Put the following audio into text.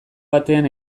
batean